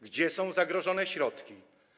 Gdzie są zagrożone środki?